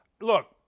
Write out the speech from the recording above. Look